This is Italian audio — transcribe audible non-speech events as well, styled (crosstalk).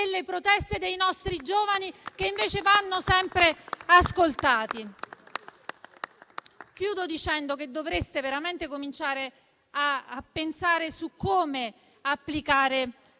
delle proteste dei nostri giovani che invece vanno sempre ascoltati. (applause) Dovreste veramente cominciare a pensare come applicare